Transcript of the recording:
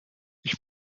ich